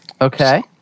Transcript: Okay